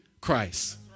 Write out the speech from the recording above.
Christ